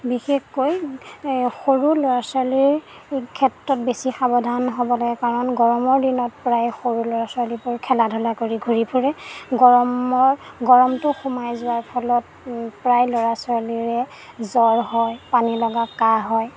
বিশেষকৈ সৰু ল'ৰা ছোৱালীৰ ক্ষেত্ৰত বেছি সাৱধান হ'ব লাগে কাৰণ গৰমৰ দিনত প্ৰায় সৰু ল'ৰা ছোৱালীবোৰ খেলা ধূলা কৰি ঘূৰি ফুৰে গৰমৰ গৰমটো সোমাই যোৱাৰ ফলত প্ৰায় ল'ৰা ছোৱালীৰে জ্বৰ হয় পানীলগা কাহ হয়